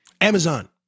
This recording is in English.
Amazon